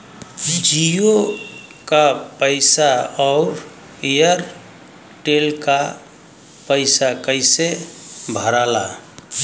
जीओ का पैसा और एयर तेलका पैसा कैसे भराला?